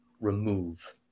remove